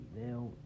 Now